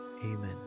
Amen